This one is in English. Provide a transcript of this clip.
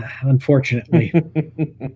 unfortunately